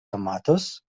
tomatoes